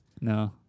No